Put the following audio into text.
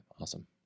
Awesome